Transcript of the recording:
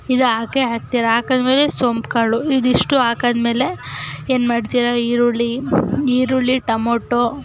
ಇದು ಹಾಕೇ ಹಾಕ್ತೀರ ಹಾಕಿದ್ಮೇಲೆ ಸೋಂಪು ಕಾಳು ಇದಿಷ್ಟು ಹಾಕಾದ್ಮೇಲೆ ಏನು ಮಾಡ್ತೀರ ಈರುಳ್ಳಿ ಈರುಳ್ಳಿ ಟೊಮೊಟೊ